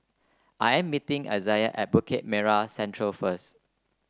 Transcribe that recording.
I am meeting Izayah at Bukit Merah Central first